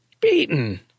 Beaten